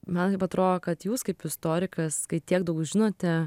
man taip atrodo kad jūs kaip istorikas kai tiek daug žinote